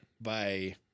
Bye